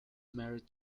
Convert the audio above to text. married